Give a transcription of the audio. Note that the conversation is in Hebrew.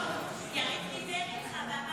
הם לא חייבים.